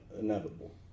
inevitable